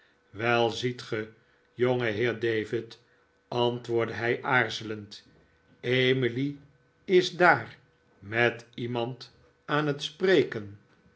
wel ziet ge jongeheer david antwoordde hij aarzelend emily is daar met iemand aan het spreken